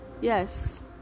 yes